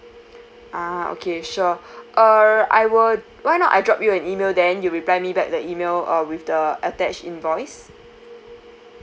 ah okay sure uh I will right now I drop you an email then you reply me that the email uh with the attach invoice